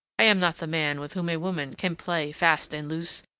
i am not the man with whom a woman can play fast and loose.